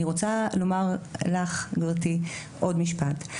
אני רוצה לומר לך גבירתי, עוד משפט.